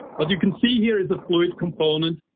what you can see here is a fluid component.